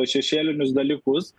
šešėlinius dalykus